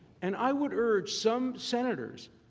and i would urge some senators,